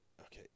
okay